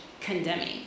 condemning